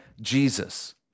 Jesus